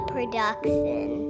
Production